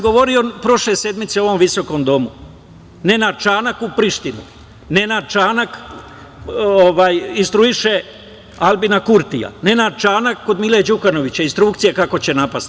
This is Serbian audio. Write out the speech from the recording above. Govorio sam prošle sedmice u ovom visokom domu, Nenad Čanak u Prištinu, Nenad Čanak instruiše Aljbina Kurtija, Nenad Čanak kod Mile Đukanovića, instrukcije kako će napasti.